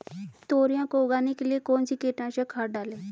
तोरियां को उगाने के लिये कौन सी कीटनाशक डालें?